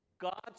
God's